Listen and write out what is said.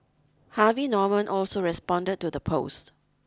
Harvey Norman also responded to the post